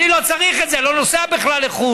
אני לא צריך את זה, אני לא נוסע בכלל לחו"ל.